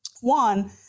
One